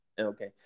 Okay